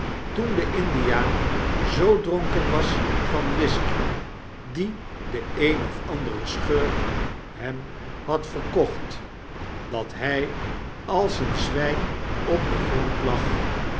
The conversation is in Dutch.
toen de indiaan zoo dronken was van whisky die de een steeds vooruit of andere schurk hem had verkocht dat hij als een zwyn op den grond lag